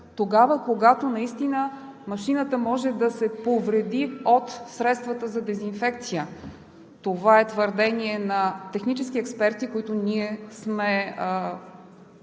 тогава, когато наистина машината може да се повреди от средствата за дезинфекция – това е твърдение на технически експерти, от които сме се